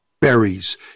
berries